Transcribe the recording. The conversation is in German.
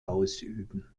ausüben